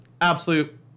absolute